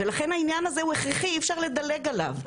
לכן העניין הזה הוא הכרחי ואי אפשר לדלג עליו.